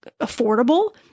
affordable